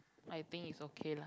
I think is okay lah